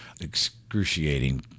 excruciating